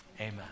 amen